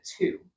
two